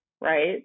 right